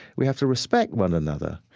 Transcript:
we have to respect one another,